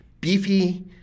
beefy